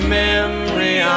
memory